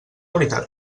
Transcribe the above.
veritat